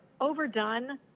overdone